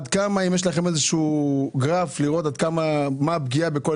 האם יש לכם גרף שמראה מה הפגיעה בכל